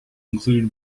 include